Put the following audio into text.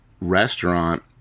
restaurant